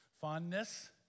fondness